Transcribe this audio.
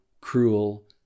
cruel